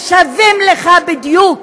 ששווים לך בדיוק,